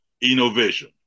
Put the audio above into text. innovation